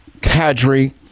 cadre